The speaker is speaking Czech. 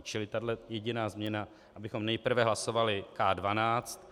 Čili tahle jediná změna abychom nejprve hlasovali K12.